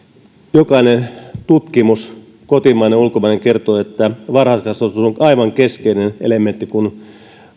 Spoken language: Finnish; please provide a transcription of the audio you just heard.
jokainen tutkimus kotimainen ulkomainen kertoo että varhaiskasvatus on aivan keskeinen elementti kun